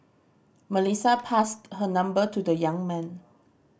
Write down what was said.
Melissa passed her number to the young man